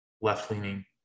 left-leaning